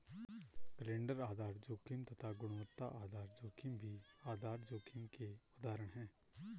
calendar आधार जोखिम तथा गुणवत्ता आधार जोखिम भी आधार जोखिम के उदाहरण है